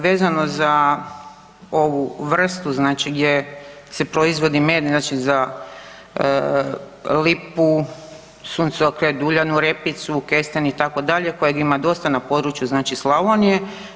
Vezano za ovu vrstu znači gdje se proizvodi med znači za lipu, suncokret, uljanu repicu, kesten itd. kojeg ima dosta na području znači Slavonije.